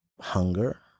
hunger